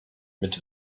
mit